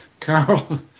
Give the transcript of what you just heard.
Carol